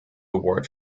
award